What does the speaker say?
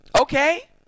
Okay